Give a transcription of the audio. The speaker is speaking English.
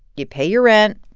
you pay your rent.